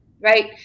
Right